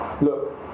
look